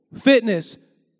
fitness